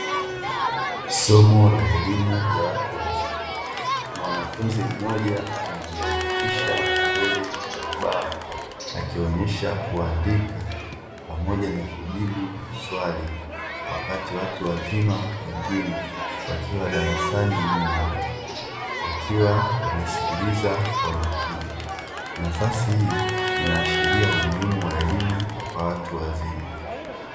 Somo la elimu ya watu wazima mwanafunzi mmoja amejiandikisha mbele ya ubao, akionyesha kuandika pamoja na kujibu swali wakati watu wazima wengine wakiwa darasani nyuma wakiwa wamesikiliza kwa makini nafasi hii inaashiria umuhimu wa elimu kwa watu wazima.